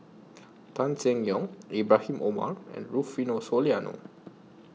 Tan Seng Yong Ibrahim Omar and Rufino Soliano